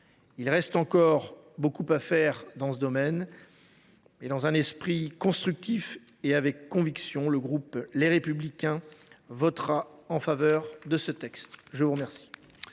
Il reste encore beaucoup à faire dans ce domaine, mais, dans un esprit constructif et avec conviction, le groupe Les Républicains votera en faveur de ce texte. La discussion